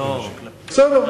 בסדר.